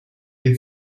dei